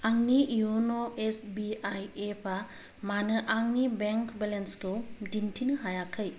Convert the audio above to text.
आंनि इउन' S B I एपा मानो आंनि बेंक बेलेन्स खौ दिन्थिनो हायाखै